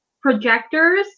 projectors